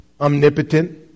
omnipotent